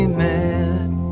mad